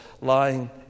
lying